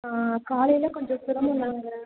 காலையில் கொஞ்சம் சிரமம் தாங்க